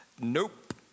nope